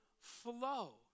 flow